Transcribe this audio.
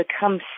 become